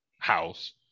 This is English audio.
house